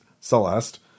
Celeste